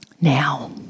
Now